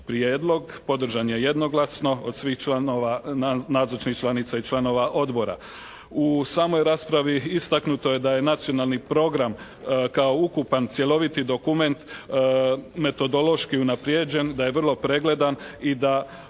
prijedlog. Podržan je jednoglasno od svih članova, nazočnih članica i članova Odbora. U samoj raspravi istaknuto je da je Nacionalni program kao ukupan, cjeloviti dokument metodološki unaprijeđen, da je vrlo pregledan i da